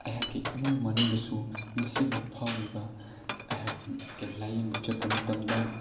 ꯑꯩꯍꯥꯛꯀꯤ ꯏꯃꯨꯡ ꯃꯅꯨꯡꯗꯁꯨ ꯉꯁꯤꯃꯛ ꯐꯥꯎꯔꯤꯕ ꯑꯩꯍꯥꯛꯀꯤ ꯂꯥꯏꯌꯦꯡꯕ ꯆꯠꯄ ꯃꯇꯝꯗ